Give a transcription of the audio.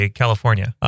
california